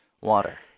water